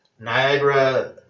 Niagara